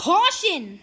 Caution